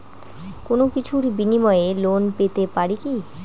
কোনো কিছুর বিনিময়ে লোন পেতে পারি কি?